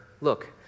look